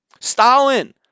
Stalin